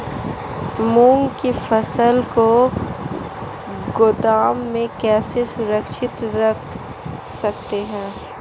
मूंग की फसल को गोदाम में कैसे सुरक्षित रख सकते हैं?